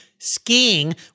skiing